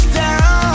down